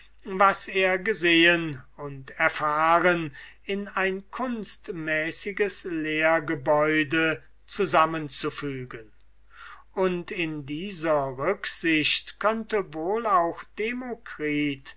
was er gesehen und erfahren in ein kunstmäßiges lehrgebäude zusammenzufügen und in dieser rücksicht könnte wohl auch demokritus